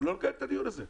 לא לקיים את הדיון הזה,